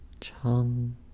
Chum